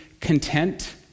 content